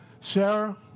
Sarah